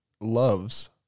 loves